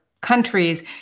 countries